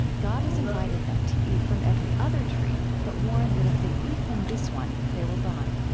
god has invited them to eat from every other tree, but warned that if they eat from this one, they will die